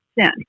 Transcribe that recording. sin